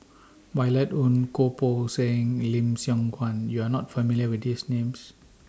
Violet Oon Goh Poh Seng and Lim Siong Guan YOU Are not familiar with These Names